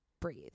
breathe